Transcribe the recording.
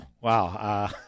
Wow